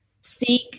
seek